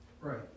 Right